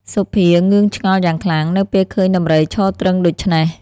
សុភាងឿងឆ្ងល់យ៉ាងខ្លាំង នៅពេលឃើញដំរីឈរទ្រឹងដូច្នេះ ។